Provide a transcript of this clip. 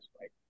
right